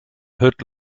hood